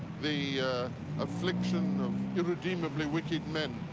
the affliction of irredeemably wicked men.